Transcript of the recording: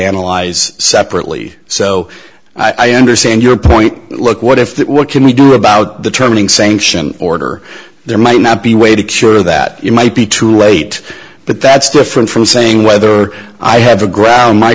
analyze separately so i understand your point look what if what can we do about the turning sanction order there might not be way to cure that you might be too late but that's different from saying whether i have a ground my